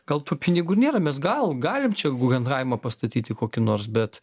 gal tų pinigų ir nėra mes gal galim čia gugenhaimą pastatyti kokį nors bet